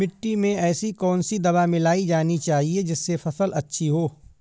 मिट्टी में ऐसी कौन सी दवा मिलाई जानी चाहिए जिससे फसल अच्छी हो?